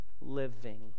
living